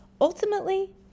Ultimately